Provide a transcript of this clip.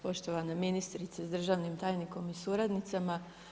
Poštovane ministrice sa državnim tajnikom i suradnicama.